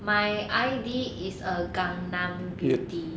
my I_D is a gangnam beauty